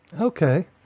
okay